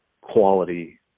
quality